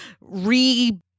re